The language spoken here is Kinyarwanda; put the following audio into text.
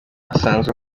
asanzwe